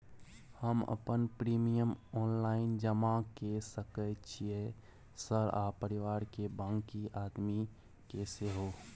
हम अपन premium online जमा के सके छियै सर आ परिवार के बाँकी आदमी के सेहो?